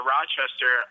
Rochester